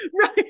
Right